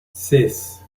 six